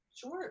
Sure